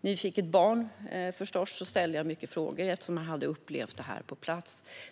nyfiket barn ställde jag förstås många frågor, eftersom han hade upplevt detta på plats.